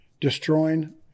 destroying